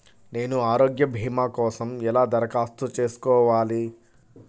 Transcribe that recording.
నేను ఆరోగ్య భీమా కోసం ఎలా దరఖాస్తు చేసుకోవాలి?